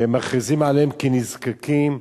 מכריזים עליהם כנזקקים,